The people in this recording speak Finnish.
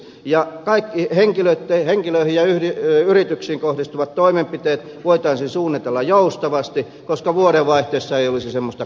ja kaikki henkilöihin ja yrityksiin kohdistuvat toimenpiteet voitaisiin suunnitella joustavasti koska vuodenvaihteessa ei olisi sellaista katkosta